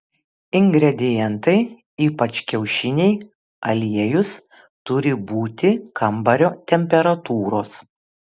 ingredientai ypač kiaušiniai aliejus turi būti kambario temperatūros